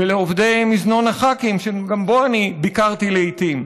ולעובדי מזנון הח"כים, שגם בו אני ביקרתי לעיתים.